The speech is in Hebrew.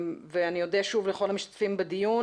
להודות לכל המשתתפים בדיון.